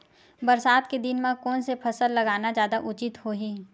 बरसात के दिन म कोन से फसल लगाना जादा उचित होही?